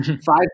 Five